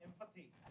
Empathy